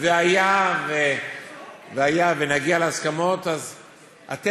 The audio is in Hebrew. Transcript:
וסובלנות לקבלת האחר.